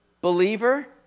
believer